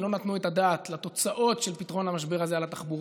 ולא נתנו את הדעת על התוצאות של פתרון המשבר הזה על התחבורה.